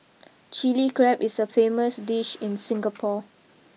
Chilli Crab is a famous dish in Singapore